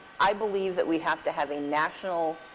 i believe that we have to have a national